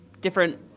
different